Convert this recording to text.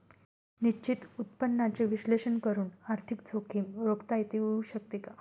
निश्चित उत्पन्नाचे विश्लेषण करून आर्थिक जोखीम रोखता येऊ शकते का?